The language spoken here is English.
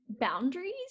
boundaries